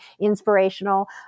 inspirational